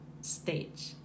stage